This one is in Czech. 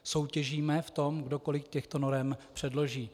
Soutěžíme v tom, kdo kolik těchto norem předloží.